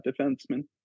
defenseman